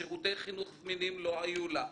שירותי חינוך זמינים לא היו לה.